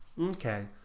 Okay